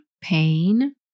pain